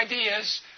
ideas